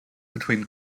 between